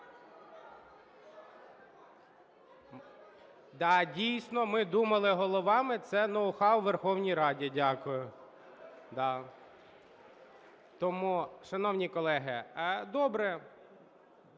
дійсно, ми думали головами, це ноу-хау у Верховній Раді, дякую,